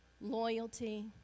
loyalty